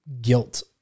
guilt